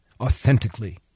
authentically